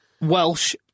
Welsh